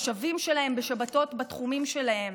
לתושבים שלהן בשבתות בתחומים שלהן,